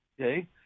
Okay